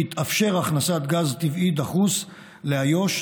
תתאפשר הכנסת גז טבעי דחוס לאיו"ש,